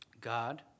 God